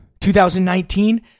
2019